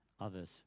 others